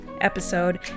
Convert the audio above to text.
episode